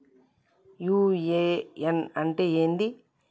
UAN అంటే ఏంది?